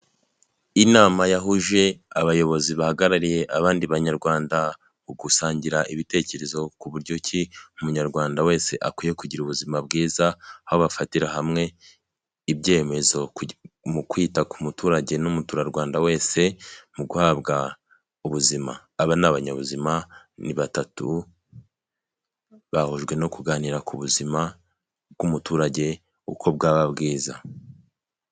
Inama yahuje abayobozi bahagarariye abandi Banyarwanda mu gusangira ibitekerezo ku buryo ki Umunyarwanda wese akwiye kugira ubuzima bwiza, aho bafatira hamwe ibyemezo mu kwita ku muturage n'Umuturarwanda wese mu guhabwa ubuzima, aba ni abanyabuzima, ni batatu, bahujwe no kuganira ku buzima bw'umuturage uko bwaba bwiza.